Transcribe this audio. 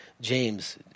James